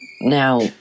Now